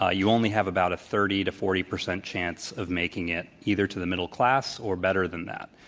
ah you only have about a thirty to forty percent chance of making it, either to the middle class or better than that.